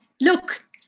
look